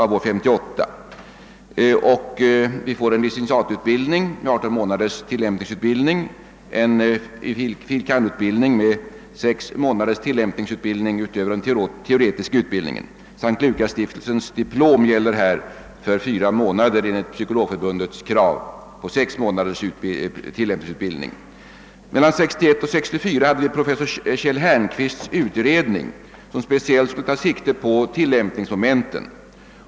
Vi har en licentiatutbildning med 18 månaders tillämpningsutbildning och en fil. kand.-utbildning med sex månaders tillämpningsutbildning utöver den teoretiska utbildningen. S:t Lukasstiftelsens diplom gäller här för fyra av de sex månader som Sveriges psykologförbund kräver som tillämpningsutbildning. Mellan 1961 och 1964 arbetade en utredning som leddes av professor Kjell Härnqvist. Denna utredning skulle speciellt ta sikte på utformningen av tilllämpningsmomenten.